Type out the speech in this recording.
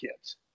kids